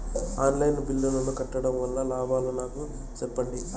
On line బిల్లుల ను కట్టడం వల్ల లాభాలు నాకు సెప్పండి?